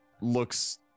looks